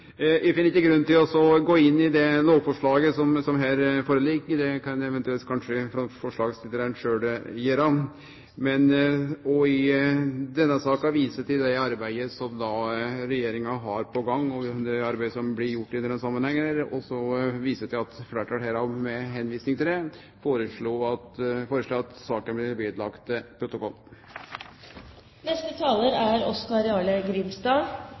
grunn til å gå inn i det lovforslaget som her ligg føre. Det kan eventuelt kanskje forslagsstillarane sjølve gjere. Eg vil i denne saka vise til det arbeidet som regjeringa har på gang, og til det arbeidet som ein gjer i denne samanhengen. Fleirtalet foreslår at saka blir